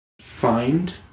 find